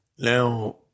Now